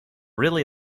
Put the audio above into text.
really